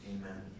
Amen